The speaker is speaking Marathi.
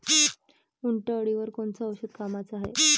उंटअळीवर कोनचं औषध कामाचं हाये?